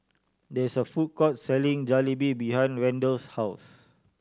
there is a food court selling Jalebi behind Randell's house